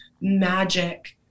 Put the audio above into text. magic